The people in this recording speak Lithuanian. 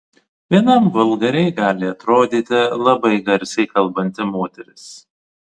vienam vulgariai gali atrodyti labai garsiai kalbanti moteris